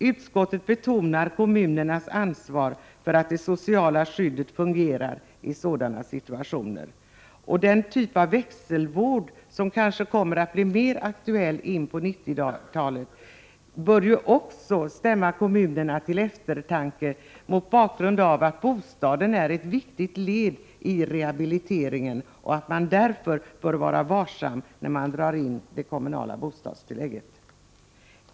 Utskottet betonar kommunernas ansvar för att det sociala skyddet fungerar i sådana situationer. Också den typ av växelvård som kanske kommer att bli mer aktuell in på 90-talet bör stämma kommunerna till eftertanke, mot bakgrund av att bostaden är ett viktigt led i rehabiliteringen och att man därför bör vara varsam med att dra in det kommunala bostadstillägget.